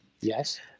Yes